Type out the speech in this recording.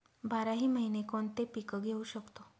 बाराही महिने कोणते पीक घेवू शकतो?